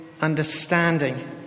understanding